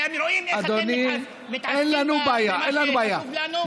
אתם רואים איך אתם מתעסקים במה שחשוב לנו?